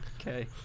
Okay